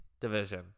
division